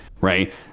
Right